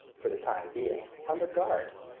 for the time being, under guard.